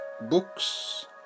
books